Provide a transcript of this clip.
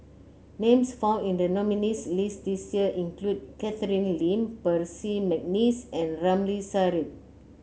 names found in the nominees' list this year include Catherine Lim Percy McNeice and Ramli Sarip